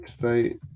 today